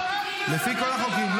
לפי כל החוקרים.